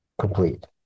complete